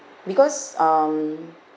because um